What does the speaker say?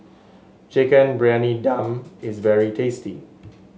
Chicken Briyani Dum is very tasty